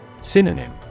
Synonym